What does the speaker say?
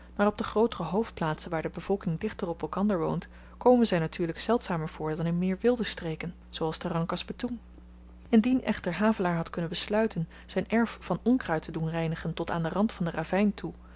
maar op de grootere hoofdplaatsen waar de bevolking dichter op elkander woont komen zy natuurlyk zeldzamer voor dan in meer wilde streken zooals te rangkas betoeng indien echter havelaar had kunnen besluiten zyn erf van onkruid te doen reinigen tot aan den rand van den ravyn toe